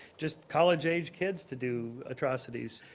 just college age kids to do atrocities.